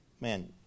Man